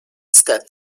stepped